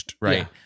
Right